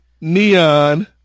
Neon